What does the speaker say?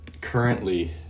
currently